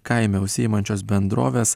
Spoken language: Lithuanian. kaime užsiimančios bendrovės